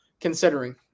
considering